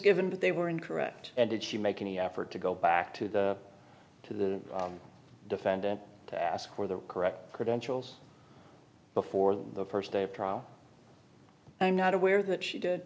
given but they were incorrect and did she make any effort to go back to the to the defendant to ask for the correct credentials before the first day of trial i'm not aware that she did